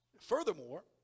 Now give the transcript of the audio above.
Furthermore